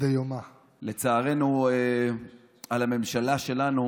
לצערנו, על הממשלה שלנו